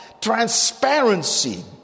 Transparency